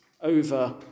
over